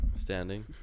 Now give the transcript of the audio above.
standing